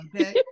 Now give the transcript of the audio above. okay